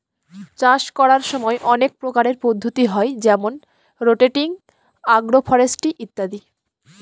চাষ করার সময় অনেক প্রকারের পদ্ধতি হয় যেমন রোটেটিং, আগ্র ফরেস্ট্রি ইত্যাদি